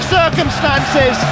circumstances